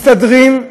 מסתדרים,